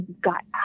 got